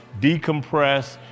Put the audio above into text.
decompress